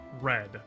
red